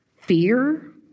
fear